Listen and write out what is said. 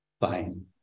fine